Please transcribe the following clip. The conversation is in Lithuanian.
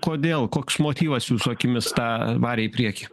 kodėl koks motyvas jūsų akimis tą varė į priekį